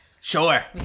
Sure